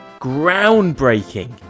groundbreaking